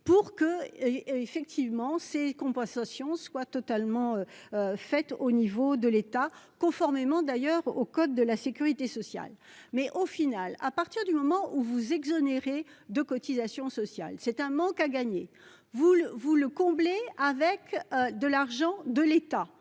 -pour que les compensations soient totalement financées par l'État, conformément d'ailleurs au code de la sécurité sociale. Mais, dès lors que vous exonérez de cotisations sociales, c'est un manque à gagner. Vous le comblez avec de l'argent de l'État